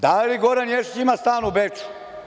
Da li Goran Ješić ima stan u Beču?